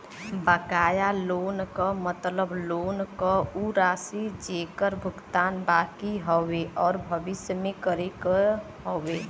बकाया लोन क मतलब लोन क उ राशि जेकर भुगतान बाकि हउवे आउर भविष्य में करे क हउवे